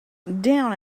down